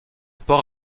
port